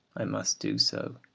i must do so.